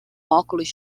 óculos